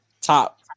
top